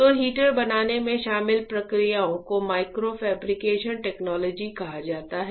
तो हीटर बनाने में शामिल प्रक्रियाओं को माइक्रो फैब्रिकेशन टेक्नोलॉजीज कहा जाता है